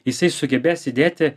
jisai sugebės įdėti